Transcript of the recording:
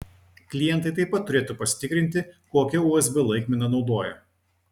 klientai taip pat turėtų pasitikrinti kokią usb laikmeną naudoja